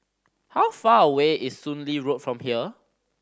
how far away is Soon Lee Road from here